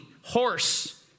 horse